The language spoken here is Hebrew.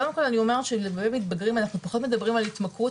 קודם כל אני אומר שלגבי מתבגרים אנחנו פחות מדברים על התמכרות,